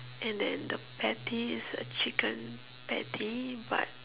and then the patty is a chicken patty but